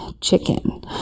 chicken